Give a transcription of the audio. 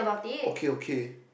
okay okay